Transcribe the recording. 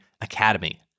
Academy